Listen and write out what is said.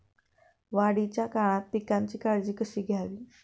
वाढीच्या काळात पिकांची काळजी कशी घ्यावी?